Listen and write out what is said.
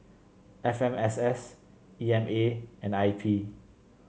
F M S S E M A and I P